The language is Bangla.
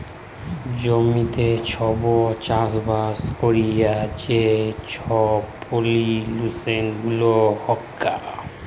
জমিতে ছব চাষবাস ক্যইরে যে ছব পলিউশল গুলা হ্যয়